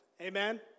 amen